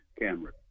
camera